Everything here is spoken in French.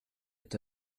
est